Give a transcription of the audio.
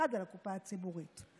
שמופקד על הקופה הציבורית.